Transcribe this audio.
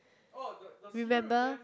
remember